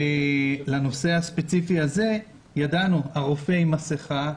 לנושא הספציפי הזה ידענו: הרופא עם מסכה,